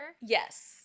yes